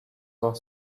for